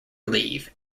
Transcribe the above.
leave